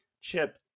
chip